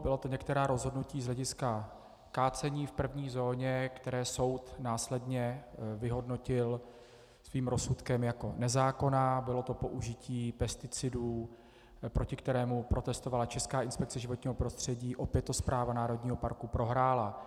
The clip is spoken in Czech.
Byla to některá rozhodnutí z hlediska kácení v první zóně, která soud následně vyhodnotil svým rozsudkem jako nezákonná, bylo to použití pesticidů, proti kterému protestovala Česká inspekce životního prostředí, opět to správa národního parku prohrála.